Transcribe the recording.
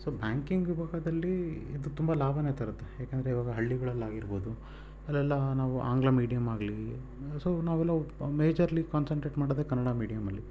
so banking ವಿಭಾಗದಲ್ಲಿ ಇದು ತುಂಬ ಲಾಭನೇ ತರುತ್ತೆ ಯಾಕಂದರೆ ಇವಾಗ ಹಳ್ಳಿಗಳಾಗಿರ್ಬೋದು ಅಲ್ಲೆಲ್ಲ ನಾವು ಆಂಗ್ಲ ಮೀಡಿಯಮ್ಮಾಗಲಿ ಸೊ ನಾವೆಲ್ಲ ಮೇಜರ್ಲಿ ಕ್ವಾನ್ಸಟ್ರೇಟ್ ಮಾಡೋದೇ ಕನ್ನಡ ಮೀಡಿಯಮ್ಮಲ್ಲಿ